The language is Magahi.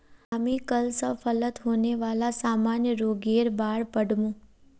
हामी कल स फलत होने वाला सामान्य रोगेर बार पढ़ मु